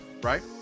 right